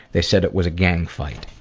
they said it was a gang fight.